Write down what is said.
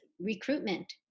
recruitment